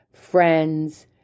friends